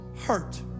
hurt